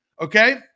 Okay